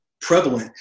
prevalent